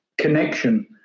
connection